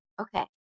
Okay